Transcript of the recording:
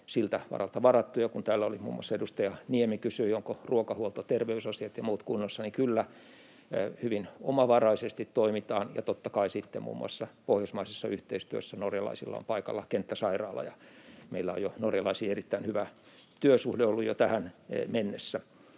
siltä varalta varattu. Kun täällä muun muassa edustaja Niemi kysyi, ovatko ruokahuolto, terveysasiat ja muut kunnossa, niin kyllä, hyvin omavaraisesti toimitaan ja totta kai sitten muun muassa pohjoismaisessa yhteistyössä. Norjalaisilla on paikalla kenttäsairaala, ja meillä on norjalaisiin erittäin hyvä työsuhde ollut jo tähän mennessä.